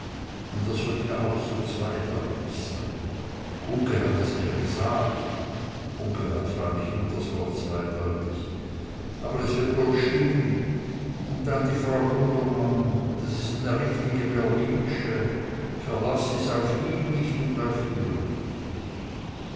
un er soll ja auch so zweideutig sein uncke hat es mir gesagt uncke hat freilich immer das wort zweideutig aber es wird wohl stimmen un dann die frau gundermann das is ne richtige berlinsche verlaß is auf ihm nich und auf ihr nich